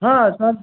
हां असणार